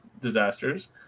disasters